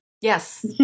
Yes